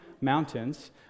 mountains